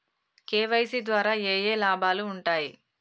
KYC ద్వారా ఏఏ లాభాలు ఉంటాయి?